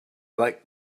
like